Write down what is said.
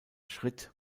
schritt